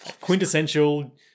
Quintessential